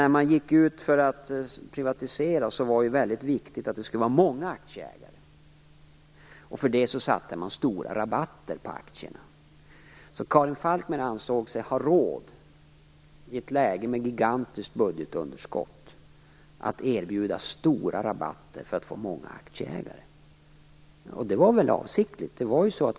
När man gick ut för att privatisera var det väldigt viktigt att det skulle vara många aktieägare. För att uppnå det satte man stora rabatter på aktierna. Karin Falkmer ansåg sig alltså ha råd, i ett läge med ett gigantiskt budgetunderskott, att erbjuda stora rabatter för att få många aktieägare. Och det var väl avsiktligt.